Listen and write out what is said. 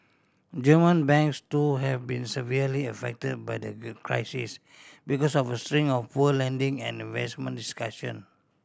German banks too have been severely affect by the crisis because of a string of poor lending and investment decision